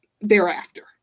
thereafter